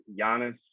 Giannis